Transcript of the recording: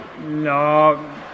No